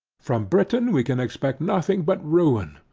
from britain we can expect nothing but ruin.